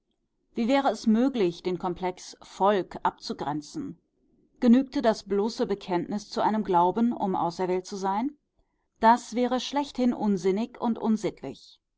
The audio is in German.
wie wäre es möglich den komplex volk abzugrenzen genügte das bloße bekenntnis zu einem glauben um auserwählt zu sein das wäre schlechthin unsinnig und unsittlich